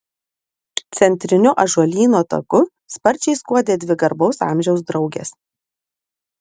centriniu ąžuolyno taku sparčiai skuodė dvi garbaus amžiaus draugės